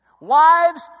Wives